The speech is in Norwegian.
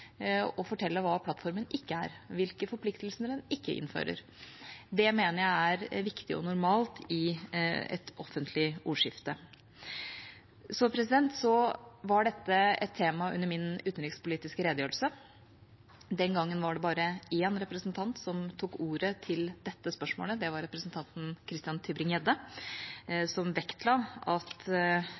å fortelle hva plattformen ikke er, hvilke forpliktelser den ikke innfører. Det mener jeg er viktig og normalt i et offentlig ordskifte. Dette var et tema i min utenrikspolitiske redegjørelse. Den gangen var det bare én representant som tok ordet til dette spørsmålet. Det var representanten Christian Tybring-Gjedde, som vektla at